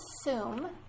assume